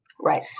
right